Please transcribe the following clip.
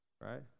right